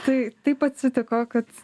tai taip atsitiko kad